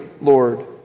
Lord